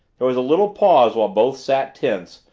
there was a little pause while both sat tense,